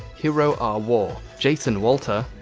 hero r war jason walter,